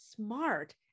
smart